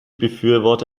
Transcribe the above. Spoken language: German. befürworte